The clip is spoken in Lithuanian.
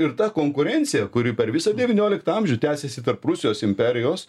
ir ta konkurencija kuri per visą devynioliktą amžių tęsėsi tarp rusijos imperijos